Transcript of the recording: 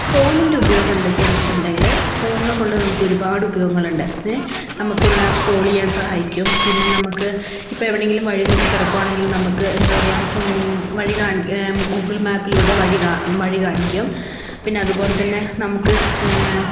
ഫോണിൻ്റെ ഉപയോഗം എന്തൊക്കെയാണെന്ന് വെച്ചിട്ടുണ്ടെങ്കില് ഫോണിനെക്കൊണ്ട് നമുക്ക് ഒരുപാട് ഉപയോഗങ്ങൾ ഉണ്ട് നമുക്കൊന്ന് കോള് ചെയ്യാൻ സഹായിക്കും പിന്നെ നമുക്ക് ഇപ്പം എവിടെയെങ്കിലും വഴി തെറ്റി കിടക്കുകയാണെങ്കിൽ നമുക്ക് എന്താ പറയുക വഴി ഗൂഗിൾ മാപ്പിലൂടെ വഴി കാണിക്കും പിന്നെ അതുപോലെത്തന്നെ നമുക്ക്